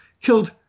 killed